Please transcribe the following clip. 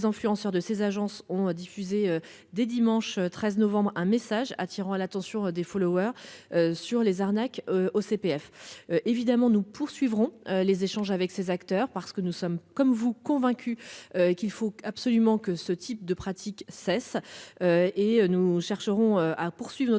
influenceurs de ces agences ont diffusé dès dimanche 13 novembre un message attirant l'attention des followers sur les arnaques au CPF. Évidemment nous poursuivrons les échanges avec ses acteurs, parce que nous sommes comme vous convaincue qu'il faut absolument que ce type de pratiques cessent. Et nous chercherons à poursuivent